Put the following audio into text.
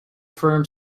firm